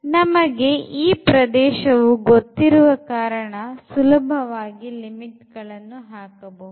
ನಮಗೆ ಈ ಪ್ರದೇಶವು ಗೊತ್ತಿರುವ ಕಾರಣ ಸುಲಭವಾಗಿ limit ಅನ್ನು ಹಾಕಬಹುದು